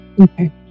Okay